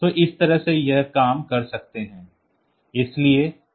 तो इस तरह से हम यह काम कर सकते हैं